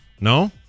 No